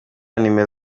nimero